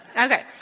Okay